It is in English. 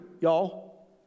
y'all